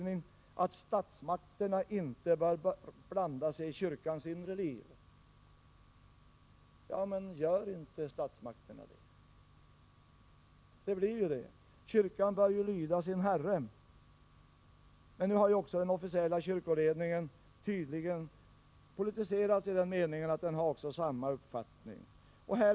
sägs att statsmakterna inte bör blanda sig i kyrkans inre liv. Men gör inte statsmakterna det? Det blir ju så. Kyrkan bör lyda sin Herre, men nu har den officiella kyrkoledningen tydligen politiserats i den meningen att den har samma uppfattning.